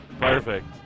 Perfect